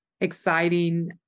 exciting